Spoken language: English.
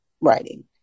writing